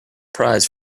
prize